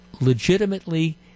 legitimately